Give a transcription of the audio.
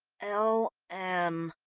l m,